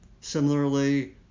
Similarly